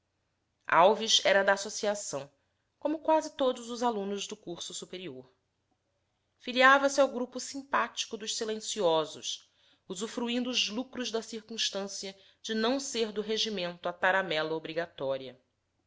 alves era da associação como quase todos os alunos do curso superior filiava se ao grupo simpático dos silenciosos usufruindo os lucros da circunstância de não ser do regimento a taramela obrigatória